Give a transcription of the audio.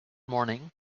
morning